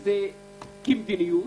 זה כמדיניות